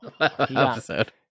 episode